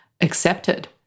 accepted